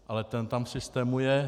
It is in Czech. Ale ten tam v systému je.